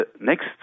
next